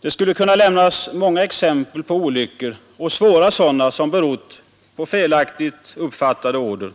Det skulle kunna lämnas många exempel på olyckor — och svåra sådana — som berott på felaktigt uppfattade order, på